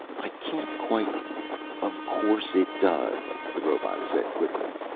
i can't quite of course it does, the robot said quickly.